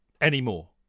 Anymore